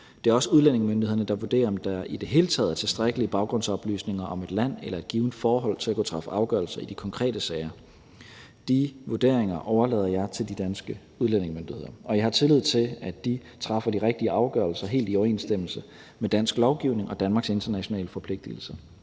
Det er også udlændingemyndighederne, der vurderer, om der i det hele taget er tilstrækkelige baggrundsoplysninger om et land eller et givent forhold til at kunne træffe afgørelser i de konkrete sager. De vurderinger overlader jeg til de danske udlændingemyndigheder, og jeg har tillid til, at de træffer de rigtige afgørelser helt i overensstemmelse med dansk lovgivning og Danmarks internationale forpligtelser.